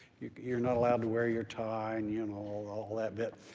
you're not allowed to wear your tie and you know all all that bit.